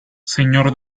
señor